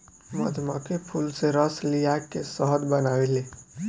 मधुमक्खी फूल से रस लिया के शहद बनावेले